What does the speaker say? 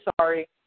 sorry